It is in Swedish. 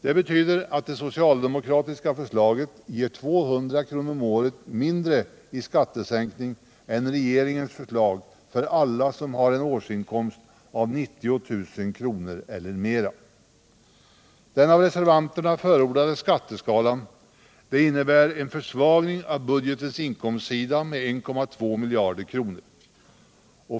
Detta betyder att det socialdemokratiska förslaget ger 200 kr. om året mindre i skattesänkning än regeringens förslag för alla som har en årsinkomst av 90 000 kr. eller mera. Den av reservanterna förordade skatteskalan innebär en försvagning av budgetens inkomstsida med 1,2 miljarder kronor.